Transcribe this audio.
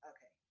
Okay